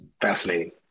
Fascinating